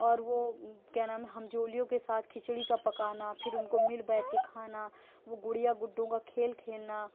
اور وہ کیا نام ہے ہم جولیوں کے ساتھ کھچڑی کا پکانا پھر اُن کو مل بیٹھ کے کھانا وہ گڑیا گڈو کا کھیل کھیلنا